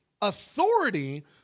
authority